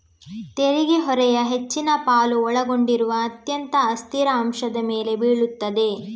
ತೆರಿಗೆ ಹೊರೆಯ ಹೆಚ್ಚಿನ ಪಾಲು ಒಳಗೊಂಡಿರುವ ಅತ್ಯಂತ ಅಸ್ಥಿರ ಅಂಶದ ಮೇಲೆ ಬೀಳುತ್ತದೆ